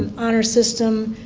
and honor system,